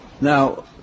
now